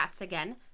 again